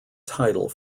title